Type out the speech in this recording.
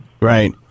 Right